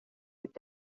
would